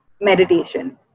meditation